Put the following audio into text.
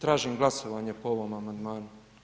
Tražim glasovanje po ovom amandmanu.